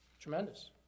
Tremendous